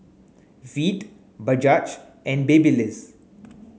Veet Bajaj and Babyliss